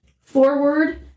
Forward